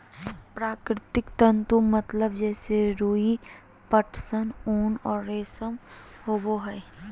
प्राकृतिक तंतु मतलब जैसे रुई, पटसन, ऊन और रेशम होबो हइ